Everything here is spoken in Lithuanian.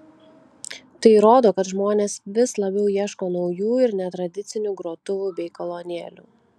tai rodo kad žmonės vis labiau ieško naujų ir netradicinių grotuvų bei kolonėlių